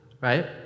right